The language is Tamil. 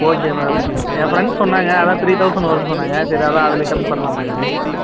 ஓகே மேம் என் ஃப்ரெண்ட்ஸ் சொன்னாங்கள் அதான் த்ரீ தெளசண்ட் வரும் சொன்னாங்கள் சரி அதான் அதில் கம்மி பண்ணலாமா என்னென்னு கேட்க தான்